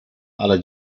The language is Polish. ale